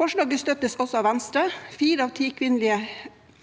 Forslaget støttes også av Venstre. Fire av ti kvinnelige